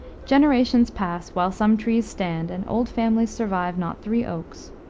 generations pass, while some trees stand, and old families survive not three oaks.